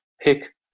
pick